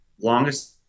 Longest